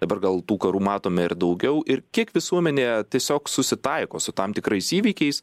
dabar gal tų karų matome ir daugiau ir kiek visuomenė tiesiog susitaiko su tam tikrais įvykiais